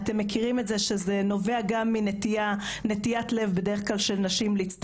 אתם מכירים את זה שזה נובע גם מנטיית לב של נשים בדרך כלל להצטרף